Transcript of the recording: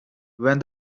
when